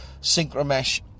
synchromesh